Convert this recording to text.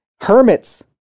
hermits